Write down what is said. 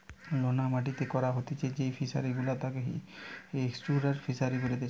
লোনা পানিতে করা হতিছে যেই ফিশারি গুলা তাকে এস্টুয়ারই ফিসারী বলেতিচ্ছে